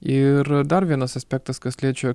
ir dar vienas aspektas kas liečia